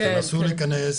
תנסו להיכנס